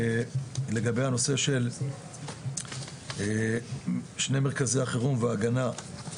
לגבי הנושא של שני מרכזי החירום וההגנה,